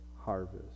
harvest